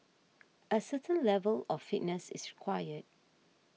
a certain level of fitness is required